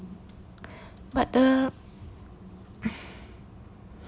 but the